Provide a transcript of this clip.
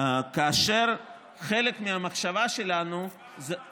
חלק מהמחשבה שלנו, נגמר הזמן.